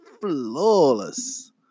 flawless